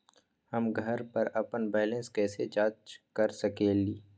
हम घर पर अपन बैलेंस कैसे जाँच कर सकेली?